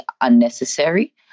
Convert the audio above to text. unnecessary